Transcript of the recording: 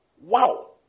Wow